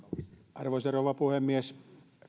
arvoisa rouva puhemies